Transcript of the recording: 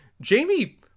Jamie